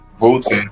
voting